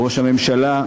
ראש הממשלה,